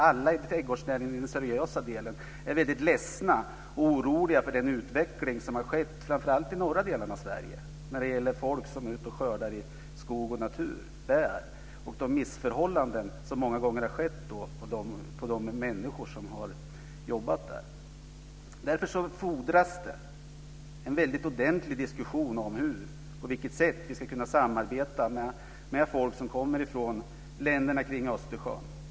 Alla i den seriösa delen av trädgårdsnäringen är väldigt ledsna och oroliga för den utveckling som har skett i framför allt de norra delarna av Sverige när det gäller folk som är ute och skördar i skog och natur, alltså bär, och de missförhållanden som många gånger har rått för de människor som har jobbat där. Därför fordras det en väldigt ordentlig diskussion om hur vi ska kunna samarbeta med folk som kommer från länderna kring Östersjön.